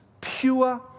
pure